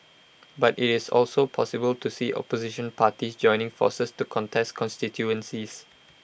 but IT is also possible to see opposition parties joining forces to contest constituencies